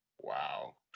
Wow